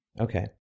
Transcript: Okay